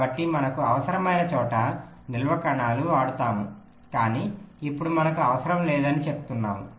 కాబట్టి మనకు అవసరమైన చోట నిల్వ కణాలు వాడుతాము కానీ ఇప్పుడు మనకు అవసరం లేదు అని చెప్తున్నాము